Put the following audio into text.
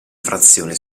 frazione